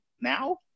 Now